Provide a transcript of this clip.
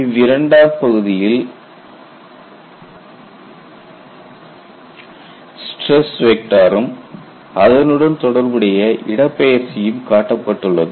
இவ்விரண்டாம் பகுதியில் ஸ்ட்ரெஸ் வெக்டாரும் அதனுடன் தொடர்புடைய இடப்பெயர்ச்சியும் காட்டப்பட்டுள்ளது